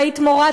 והיית מורה,